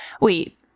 wait